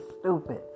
stupid